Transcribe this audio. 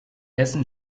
essen